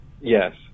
Yes